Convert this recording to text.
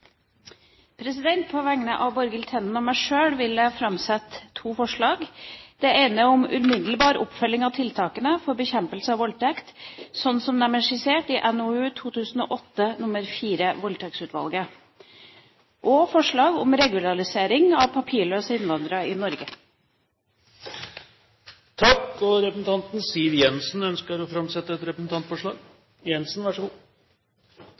representantforslag. På vegne av Borghild Tenden og meg sjøl vil jeg framsette to forslag. Det er forslag om umiddelbar oppfølging av tiltakene for bekjempelse av voldtekt, slik de er skissert i NOU 2008:4, Voldtektsutvalget, og det er forslag om regularisering av papirløse innvandrere i Norge. Representanten Siv Jensen ønsker å framsette et representantforslag.